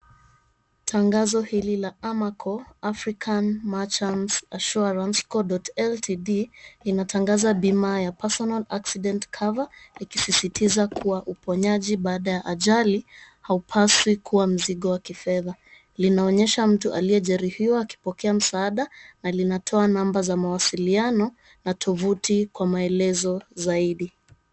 Tangazo hili la AMACO African Merchants Assurance co.ltd, inatangaza bima ya (cs)personal accident cover(cs) akisisitiza kuwa uponyaji baada ya ajali haupaswi kuwa mzigo wa kifedha. Linaonyesha mtu aliyejeruhiwa akipokea msaada na linatoa namba za mawasiliano na tuvuti kwa maelezo zaidi.